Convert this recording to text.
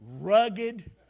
rugged